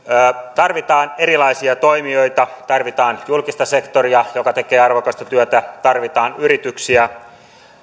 tarvitaan erilaisia toimijoita tarvitaan julkista sektoria joka tekee arvokasta työtä tarvitaan yrityksiä